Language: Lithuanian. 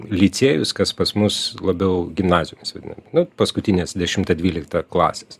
licėjus kas pas mus labiau gimnazijomis vadinam nu paskutinės dešimta dvylikta klasės